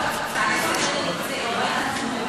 לא הצעה לסדר-היום,